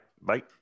Bye